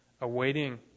awaiting